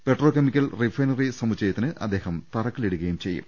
petrol chemical refinery സമുച്ചയത്തിന് അദ്ദേഹം തറക്കല്ലിടുകയും ചെയ്യും